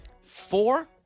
Four